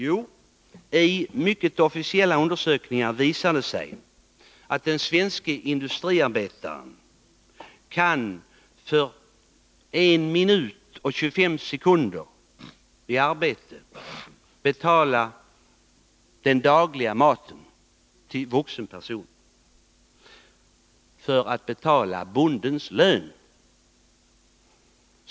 Jo, mycket officiella undersökningar visar att den svenske industriarbetaren med 1 minuts och 25 sekunders arbete kan betala den del av den dagliga maten för en vuxen person som avser bondens lön.